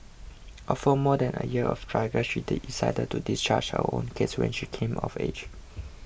after more than a year of struggle she decided to discharge her own case when she came of age